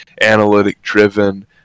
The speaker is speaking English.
analytic-driven